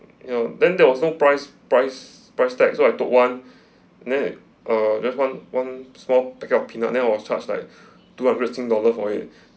ya then there was no price price price tag so I took one the uh just one one small packet peanut then I was charged like two hundred sing dollar for in